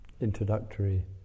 introductory